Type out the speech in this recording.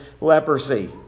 leprosy